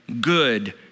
good